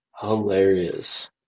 Hilarious